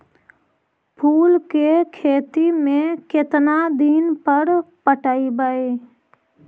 फूल के खेती में केतना दिन पर पटइबै?